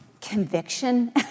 conviction